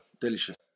delicious